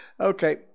Okay